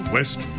West